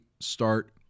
start